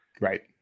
Right